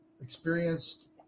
experienced